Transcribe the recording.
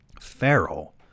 feral